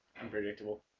Unpredictable